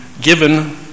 given